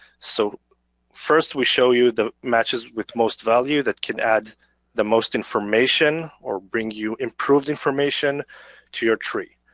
so first we show you the matches with most value that can add the most information or bring you improved information to your tree.